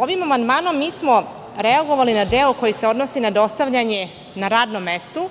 Ovim amandmanom smo reagovali na deo koji se odnosi na dostavljanje na radnom mestu.